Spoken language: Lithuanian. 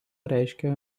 reiškia